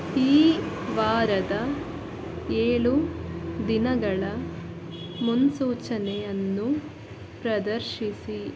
ಈ ವಾರದ ಏಳು ದಿನಗಳ ಮುನ್ಸೂಚನೆಯನ್ನು ಪ್ರದರ್ಶಿಸಿ